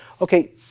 Okay